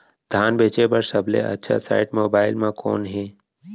धान बेचे बर सबले अच्छा साइट मोबाइल म कोन हे?